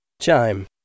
Chime